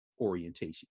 orientation